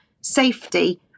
safety